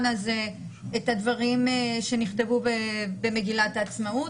הזה את הדברים שנכתבו במגילת העצמאות,